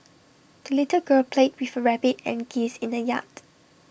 the little girl played with her rabbit and geese in the yard